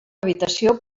habitació